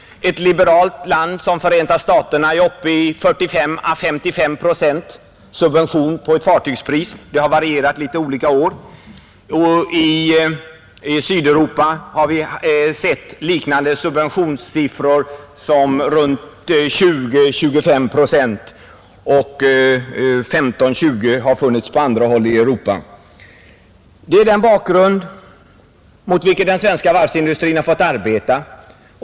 Ett liberalt land som Förenta staterna är uppe i 45 å 55 procent subvention på ett fartygspris. Det har varierat litet mellan olika år. I Sydeuropa har vi sett subventionssiffror runt 20—25 procent, och 15—20 procent har förekommit på andra håll i Europa, Det är mot den bakgrunden som den svenska varvsindustrin har fått arbeta.